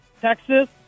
Texas